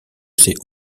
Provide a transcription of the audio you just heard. ces